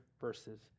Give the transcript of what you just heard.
verses